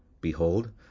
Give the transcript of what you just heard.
behold